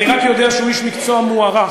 אני רק יודע שהוא איש מקצוע מוערך,